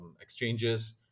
exchanges